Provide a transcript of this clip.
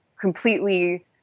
completely